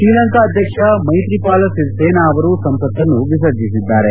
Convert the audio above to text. ಶ್ರೀಲಂಕಾ ಅಧ್ಯಕ್ಷ ಮೈತ್ರಿಪಾಲ ಸಿರಿಸೇನಾ ಅವರು ಸಂಸತ್ತನ್ನು ವಿಸರ್ಜಿಸಿದ್ದಾರೆ